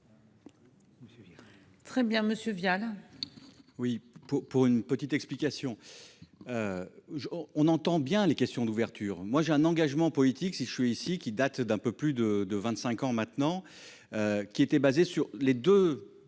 Très bien monsieur Vial.